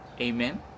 Amen